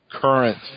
Current